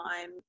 time